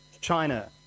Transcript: China